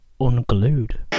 unglued